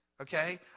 Okay